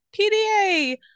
pda